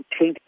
take